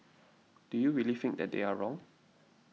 do you really think that they are wrong